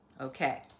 Okay